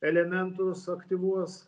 elementus aktyvuos